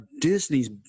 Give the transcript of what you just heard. disney's